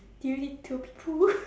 do you need to pee poo